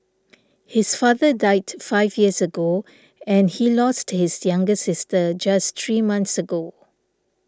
his father died five years ago and he lost his younger sister just three months ago